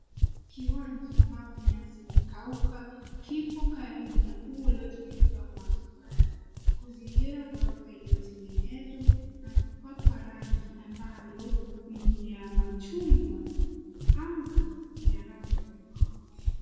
Kiwanja ambapo nyasi umekauka kipo karibu na ua uliotengenezwa na matafari kuzingira ghorofa iliyotengenezwa na kupakwa rangi ambayo ni ya machungwa. Angaa ni ya rangi ya samawati.